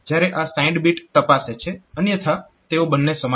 જ્યારે આ signed bit તપાસે છે અન્યથા તેઓ બંને સમાન છે